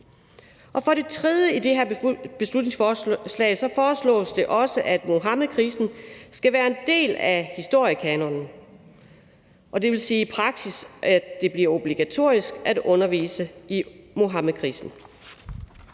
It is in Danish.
det også i det her beslutningsforslag, at Muhammedkrisen skal være en del af historiekanonen, og det vil sige, at det i praksis bliver obligatorisk at undervise i Muhammedkrisen.